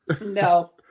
No